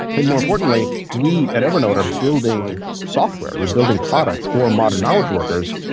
and more importantly, we, at evernote, are building software. we're building products for modern knowledge workers.